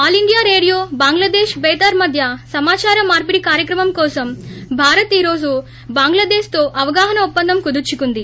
all India radio Bangladesh Betar మధ్య సమాచార మార్పిడి కార్యక్రమం కోసం భారత్ ఈ రోజు బంగ్లాదేశ్ తో అవగాహన ఒప్పందం కుదుర్చుకుంది